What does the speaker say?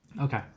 Okay